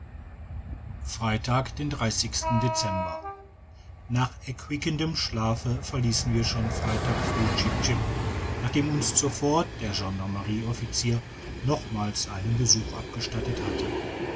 freitag den dezember nach erquickendem schlafe verliessen wir schon freitag früh chip chip nachdem uns zuvor der gendarmerie offizier nochmals einen besuch abgestattet hatte